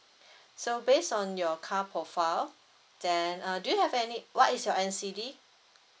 so based on your car profile then uh do you have any what is your N_C_D